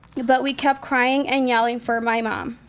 but we kept crying and yelling for my mom.